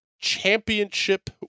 championship